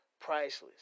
priceless